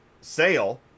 sale